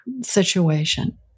situation